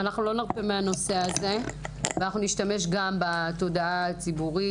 אנחנו לא נרפה מהנושא הזה ונשתמש בתודעה הציבורית